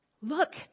Look